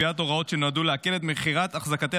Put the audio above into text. קביעת הוראות שנועדו להקל את מכירת אחזקותיה